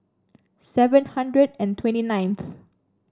seven hundred and twenty ninth